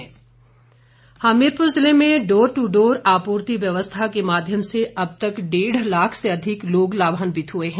DC Hamirpur Hamirpur ज़िले में door to door आपूर्ति व्यवस्था के माध्यम से अब तक डेढ़ लाख से अधिक लोग लाभान्वित हुए हैं